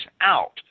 out